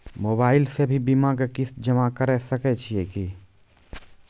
Mobile से भी बीमा के किस्त जमा करै सकैय छियै कि?